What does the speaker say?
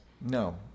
No